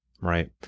right